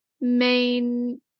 main